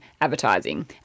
Advertising